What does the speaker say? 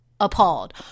appalled